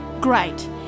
Great